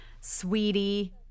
Sweetie